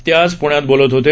ते आज प्ण्यात बोलत होते